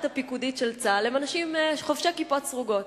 הפיקודית של צה"ל הם אנשים חובשי כיפות סרוגות.